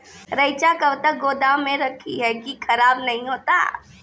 रईचा कब तक गोदाम मे रखी है की खराब नहीं होता?